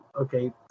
Okay